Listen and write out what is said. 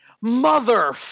mother